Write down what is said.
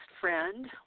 friend